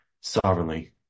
sovereignly